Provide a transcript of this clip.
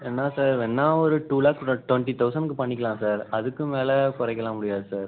என்ன சார் வேண்ணால் ஒரு டூ லேக் டுவெண்ட்டி தௌசணுக்கு பண்ணிக்கிலாம் சார் அதுக்கும் மேலே குறைக்கலாம் முடியாது சார்